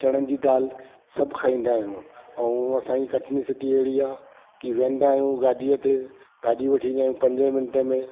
चणनि जी दालि सभु खाईंदा आहियूं ऐं असांजी कटनी सिटी अहिड़ी आहे की वेंदा आहियूं गाॾीअ ते भाॼी वठी ईंदा आहियूं पंजे मिंटे में